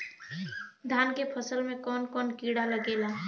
धान के फसल मे कवन कवन कीड़ा लागेला?